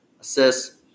assists